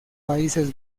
países